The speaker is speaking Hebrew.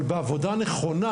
אבל בעבודה נכונה,